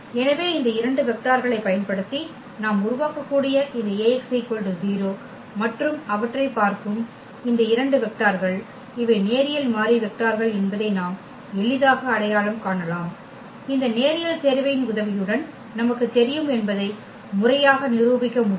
எனவே இந்த இரண்டு வெக்டார்களைப் பயன்படுத்தி நாம் உருவாக்கக்கூடிய இந்த அச்சு Ax 0 மற்றும் அவற்றைப் பார்க்கும் இந்த இரண்டு வெக்டார்கள் இவை நேரியல் மாறி வெக்டார்கள் என்பதை நாம் எளிதாக அடையாளம் காணலாம் இந்த நேரியல் சேர்வையின் உதவியுடன் நமக்குத் தெரியும் என்பதை முறையாக நிரூபிக்க முடியும்